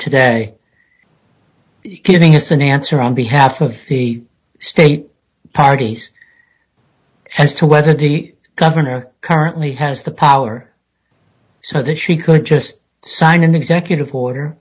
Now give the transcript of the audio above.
today giving us an answer on behalf of the state parties as to whether the governor currently has the power so that she could just sign an executive order